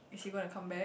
is he gonna come back